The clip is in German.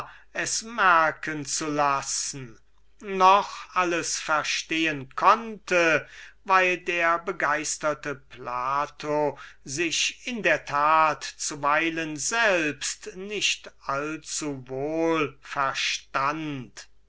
es merken zu lassen noch alles verstehen konnte weil der begeisterte plato sich würklich zuweilen selbst nicht allzuwohl verstund